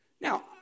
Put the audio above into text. Now